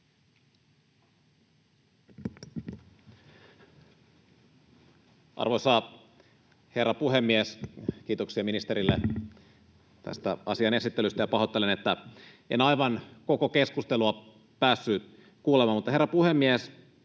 Arvoisa herra puhemies! Kiitoksia ministerille tästä asian esittelystä, ja pahoittelen, että en aivan koko keskustelua päässyt kuulemaan. Herra puhemies!